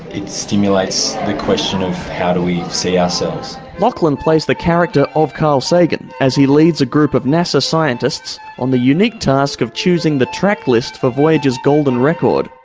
it stimulates the question of how do we see ourselves. lachlan plays the character of carl sagan as he leads a group of nasa scientists on the unique task of choosing the track list for voyager's golden record,